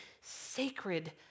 sacred